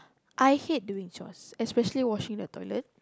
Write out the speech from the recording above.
I hate doing chores especially washing the toilet